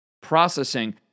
processing